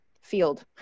field